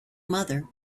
mother